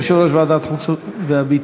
יושב-ראש ועדת החוץ והביטחון.